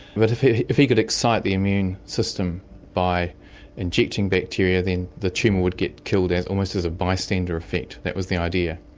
but if he if he could excite the immune system by injecting bacteria then the tumour would get killed almost as a bystander effect, that was the idea.